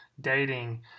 dating